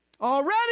Already